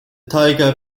tiger